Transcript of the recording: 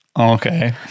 okay